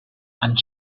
and